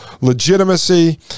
legitimacy